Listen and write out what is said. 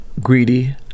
greedy